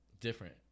different